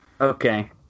Okay